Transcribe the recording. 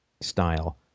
style